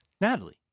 Natalie